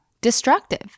destructive